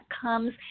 comes